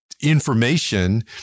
information